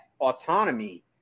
autonomy